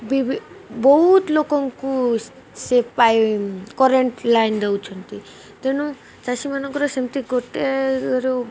ବି ବହୁତ ଲୋକଙ୍କୁ ସେ ପାଇଁ କରେଣ୍ଟ୍ ଲାଇନ୍ ଦଉଛନ୍ତି ତେଣୁ ଚାଷୀମାନଙ୍କର ସେମିତି ଗୋଟେରୁ